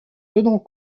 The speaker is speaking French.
tenant